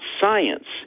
science